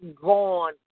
gone